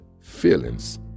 feelings